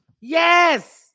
Yes